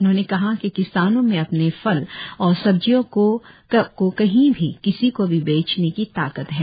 उन्होंने कहा कि किसानों में अपने फल और सब्जियों को कहीं भी किसी को भी बेचने की ताकत है